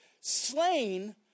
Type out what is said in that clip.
slain